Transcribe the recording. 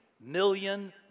million